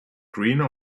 greener